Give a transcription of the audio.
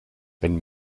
wenn